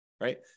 right